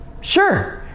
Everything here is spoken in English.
Sure